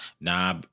Nah